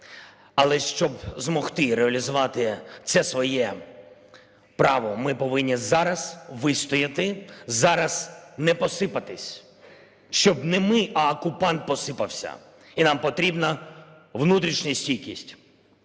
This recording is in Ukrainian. Але щоб змогти реалізувати це своє право, ми повинні зараз вистояти, зараз не посипатись, щоб не ми, а окупант посипався. І нам потрібна внутрішня стійкість.